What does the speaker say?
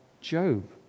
Job